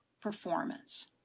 performance